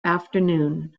afternoon